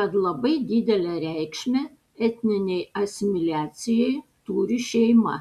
kad labai didelę reikšmę etninei asimiliacijai turi šeima